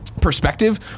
perspective